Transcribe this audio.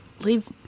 leave